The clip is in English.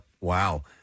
Wow